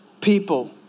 people